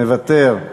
מוותר.